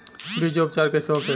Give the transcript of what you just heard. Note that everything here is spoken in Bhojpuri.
बीजो उपचार कईसे होखे?